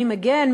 מי מגן,